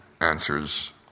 Answers